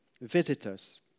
visitors